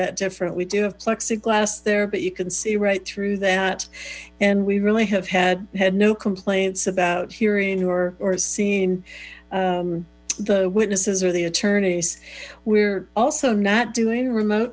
that different we do have plexiglass there but you can see right through that and we really have had had no complaints about hearing or seeing the witnesses or the attorneys we're also not doing remote